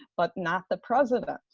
but not the president.